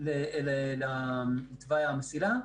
לתוואי המסילה.